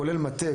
כולל מטה,